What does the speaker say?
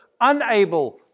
unable